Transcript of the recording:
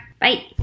Bye